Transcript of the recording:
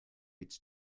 its